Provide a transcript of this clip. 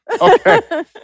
Okay